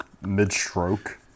Mid-stroke